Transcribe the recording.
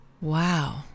wow